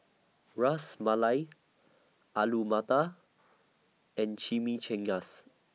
Ras Malai Alu Matar and Chimichangas